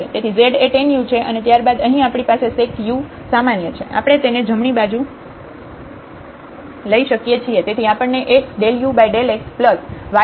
તેથી z એ tan u છે અને ત્યારબાદ અહીં આપણી પાસે sec u સામાન્ય છે આપણે તેને જમણી બાજુ લઇ શકીએ છીએ